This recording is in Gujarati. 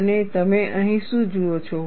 અને તમે અહીં શું જુઓ છો